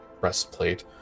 breastplate